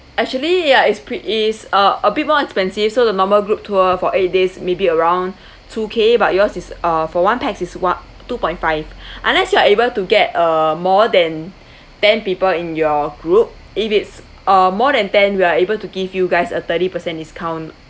actually ya is pre~ is uh a bit more expensive so the normal group tour for eight days maybe around two K but yours is uh for one pax is one~ two point five unless you are able to get uh more than ten people in your group if it's uh more than ten we are able to give you guys a thirty percent discount